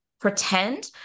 pretend